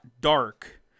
dark